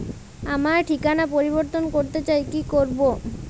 আমার ঠিকানা পরিবর্তন করতে চাই কী করব?